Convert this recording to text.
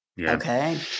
Okay